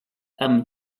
amb